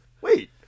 wait